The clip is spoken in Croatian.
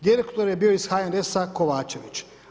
Direktor je bio iz HNS-a Kovačević.